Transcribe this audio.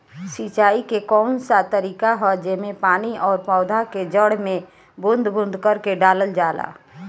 सिंचाई क कउन सा तरीका ह जेम्मे पानी और पौधा क जड़ में बूंद बूंद करके डालल जाला?